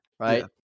Right